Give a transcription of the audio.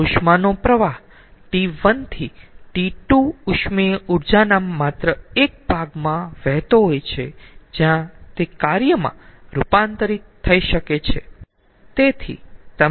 ઉષ્માનો પ્રવાહ T1 થી T2 ઉષ્મીય ઊર્જાના માત્ર એક ભાગમાં વહેતો હોય છે જ્યા તે કાર્યમાં રૂપાંતરિત થઈ શકે છે